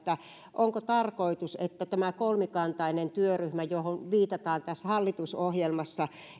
onko tarkoitus että tämä kolmikantainen työryhmä johon viitataan hallitusohjelmassa